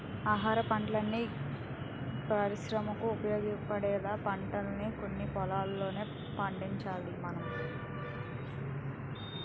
ఆహారపంటల్ని గానీ, పరిశ్రమలకు ఉపయోగపడే పంటల్ని కానీ పొలంలోనే పండించాలి మనం